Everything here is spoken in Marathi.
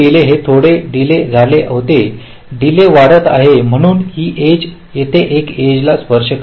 हे थोडे डीले झाले होते डीले वाढत आहे म्हणून ही एज येथे या एजला स्पर्श करेल